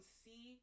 see